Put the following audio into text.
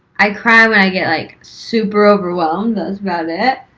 i cry when i get like super-overwhelmed, that's about it.